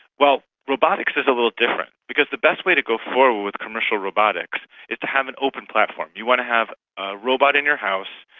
well, robotics is a little different because the best way to go forward with commercial robotics is to have an open platform. you want to have a robot in your house,